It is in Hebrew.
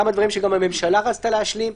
כמה דברים שגם הממשלה רצתה להשלים,